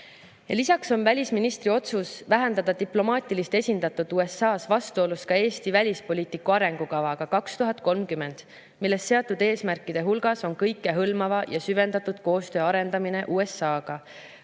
Lisaks on välisministri otsus vähendada diplomaatilist esindatust USA-s vastuolus Eesti välispoliitika arengukavaga aastani 2030, milles seatud eesmärkide hulgas on kõikehõlmava ja süvendatud koostöö arendamine USA-ga,